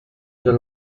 the